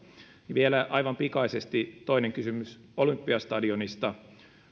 vielä aivan pikaisesti toinen kysymys olympiastadionista